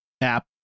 app